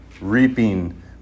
reaping